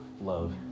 love